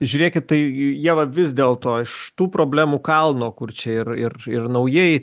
žiūrėkit tai ieva vis dėlto iš tų problemų kalno kur čia ir ir ir naujieji